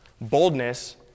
Boldness